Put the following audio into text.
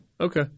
Okay